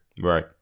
Right